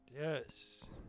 Yes